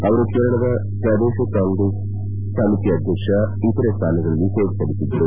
ಅವರು ಕೇರಳದ ಶ್ರದೇಶ ಕಾಂಗ್ರೆಸ್ ಸಮಿತಿ ಅಧ್ಯಕ್ಷ ಇತರೆ ಸ್ಥಾನಗಳಲ್ಲಿ ಸೇವೆ ಸಲ್ಲಿಸಿದ್ದರು